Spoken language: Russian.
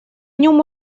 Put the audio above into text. нем